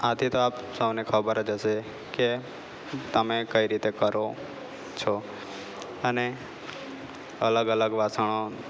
આથી તો આપ સૌને ખબર જ હશે કે તમે કઈ રીતે કરો છો અને અલગ અલગ વાસણો